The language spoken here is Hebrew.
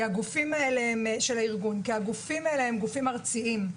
כי הגופים האלה הם גופים ארציים.